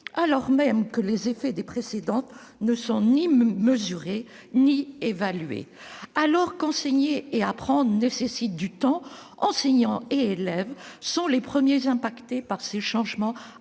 alors même que les effets des précédentes n'ont encore été ni mesurés ni évalués. Alors qu'enseigner et apprendre nécessite du temps, les enseignants et les élèves sont les premiers affectés par ces changements